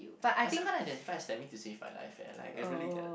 I still kind of identify a S_T_E_M_I to save my life eh like I really get